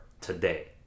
today